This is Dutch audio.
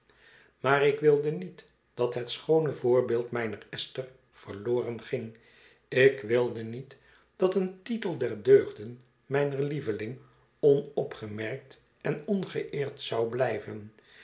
maar ik wilde niet dat het schoone voorbeeld mijner esther verloren ging ik wilde niet dat een tittel der deugden mijner lieveling onopgemerkt en ongeëerd zou blijven